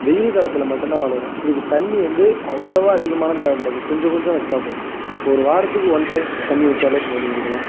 வெய்யில் காலத்தில் மட்டும் தான் வளரும் இதுக்கு தண்ணி வந்து அவ்வளோவா அதிகமாகலாம் தேவைப்படாது கொஞ்சம் கொஞ்சம் வெச்சால் போதும் ஒரு வாரத்துக்கு ஒன் டைம் தண்ணி வச்சாலே போதும் இதுக்குலாம்